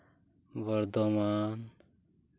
Bardhaman